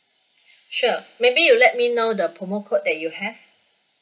sure maybe you let me know the promo code that you have